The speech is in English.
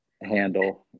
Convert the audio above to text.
handle